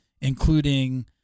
including